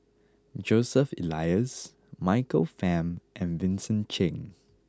Joseph Elias Michael Fam and Vincent Cheng